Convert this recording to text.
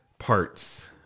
parts